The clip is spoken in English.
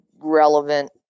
relevant